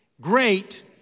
Great